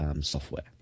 software